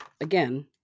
again